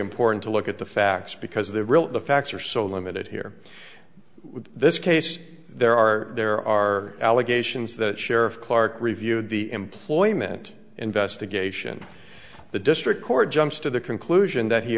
important to look at the facts because the real facts are so limited here this case there are there are allegations that sheriff clark reviewed the employment investigation the district court comes to the conclusion that he